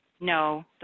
No